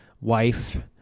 wife